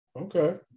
Okay